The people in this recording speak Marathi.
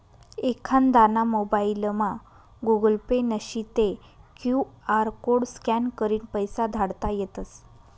एखांदाना मोबाइलमा गुगल पे नशी ते क्यु आर कोड स्कॅन करीन पैसा धाडता येतस